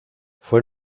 fue